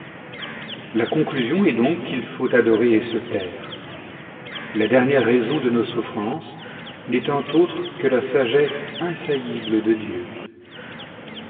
la conclusion est donc qu'il faut adorer et se taire la dernière raison de nos souffrances n'étant autre que la sagesse infaillible de dieu